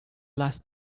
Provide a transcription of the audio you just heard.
last